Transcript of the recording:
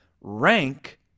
rank